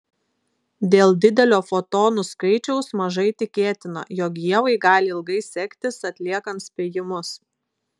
dėl didelio fotonų skaičiaus mažai tikėtina jog ievai gali ilgai sektis atliekant spėjimus